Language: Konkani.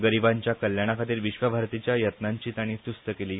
गरीबांच्या कल्याणाखातीर विश्वभारतीच्या यत्नांची ताणी तुस्त केली